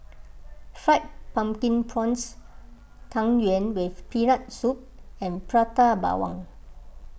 Fried Pumpkin Prawns Tang Yuen with Peanut Soup and Prata Bawang